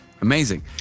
amazing